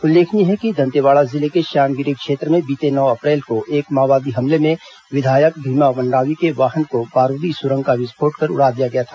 उल्लेखनीय है कि दंतेवाड़ा जिले के श्यामगिरी क्षेत्र में बीते नौ अप्रैल को एक माओवादी हमले में विधायक भीमा मंडावी के वाहन को बारूदी सुरंग का विस्फोट कर उड़ा दिया गया था